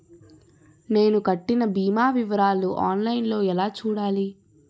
నేను కట్టిన భీమా వివరాలు ఆన్ లైన్ లో ఎలా చూడాలి?